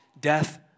death